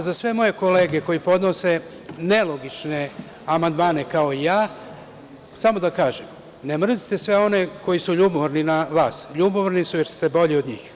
Za sve moje kolege koje podnose nelogične amandmane kao i ja, samo da kažem, ne mrzite sve one koji su ljubomorni na vas, ljubomorni su jer ste bolji od njih.